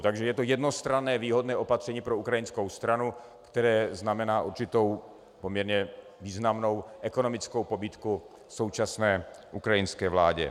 Takže je to jednostranné výhodné opatření pro ukrajinskou stranu, které znamená určitou poměrně významnou ekonomickou pobídku současné ukrajinské vládě.